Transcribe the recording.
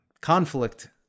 conflict